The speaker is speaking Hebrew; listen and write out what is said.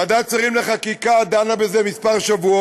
ועדת השרים לחקיקה דנה בזה כמה שבועות,